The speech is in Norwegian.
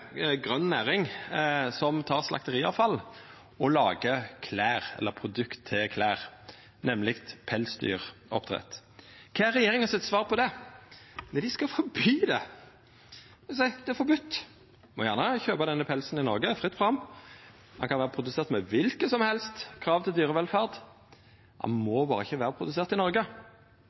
grøn næring som tek slakteriavfall og lagar produkt til klede, nemleg pelsdyroppdrett. Kva er regjeringa sitt svar på det? Jo, dei skal forby det. Ein seier: Det er forbode! Ein må gjerne kjøpa pels i Noreg – fritt fram. Han kan vera produsert med kva slags krav som helst til dyrevelferd, men han må berre ikkje vera produsert i Noreg.